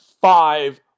five